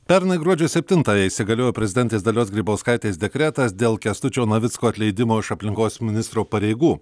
pernai gruodžio septintąją įsigaliojo prezidentės dalios grybauskaitės dekretas dėl kęstučio navicko atleidimo iš aplinkos ministro pareigų